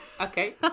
Okay